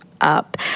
up